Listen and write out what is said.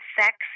sex